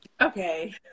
Okay